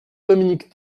dominique